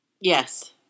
Yes